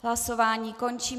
Hlasování končím.